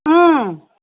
ꯎꯝ